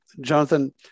Jonathan